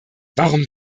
warum